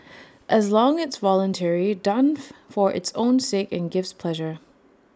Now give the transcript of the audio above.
as long it's voluntary done for its own sake and gives pleasure